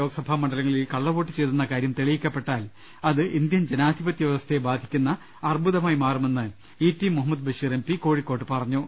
ലോക്സഭാ മണ്ഡലങ്ങളിൽ കള്ളവോട്ട് ചെയ് തെന്ന കാര്യം തെളിയിക്കപ്പെട്ടാൽ അത് ഇന്ത്യൻ ജനാധിപത്യ വ്യവസ്ഥയെ ബാധിക്കുന്ന അർബുദമായി മാറുമെന്ന് E T Muhammad Basheer M P കോഴി ക്കോട്ട് പറഞ്ഞു